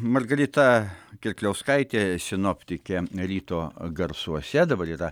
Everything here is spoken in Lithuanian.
margarita kirkliauskaitė sinoptikė ryto garsuose dabar yra